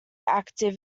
active